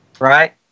right